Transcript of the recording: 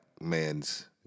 man's